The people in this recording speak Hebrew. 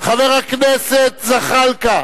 חבר הכנסת זחאלקה,